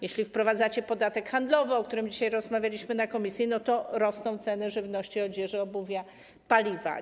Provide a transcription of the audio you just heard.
Jeśli wprowadzacie podatek handlowy, o którym dzisiaj rozmawialiśmy w komisji, to rosną ceny żywności, odzieży, obuwia, paliwa.